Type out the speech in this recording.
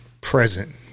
present